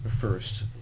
first